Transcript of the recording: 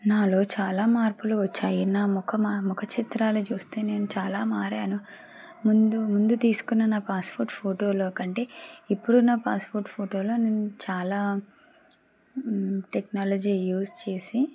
నాలో చాలా మార్పులు వచ్చాయి నా ముఖ ముఖ చిత్రాలు చూస్తే నేను చాలా మారాను ముందు ముందు తీసుకున్న నా పాస్పోర్ట్ ఫోటోలో కంటే ఇప్పుడు నా పాస్పోర్ట్ ఫోటోలో నేను చాలా టెక్నాలజీ యూస్ చేసి